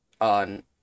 on